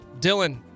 Dylan